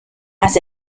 has